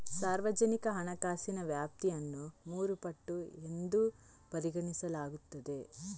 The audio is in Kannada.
ಸಾರ್ವಜನಿಕ ಹಣಕಾಸಿನ ವ್ಯಾಪ್ತಿಯನ್ನು ಮೂರು ಪಟ್ಟು ಎಂದು ಪರಿಗಣಿಸಲಾಗುತ್ತದೆ